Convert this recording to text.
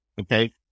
okay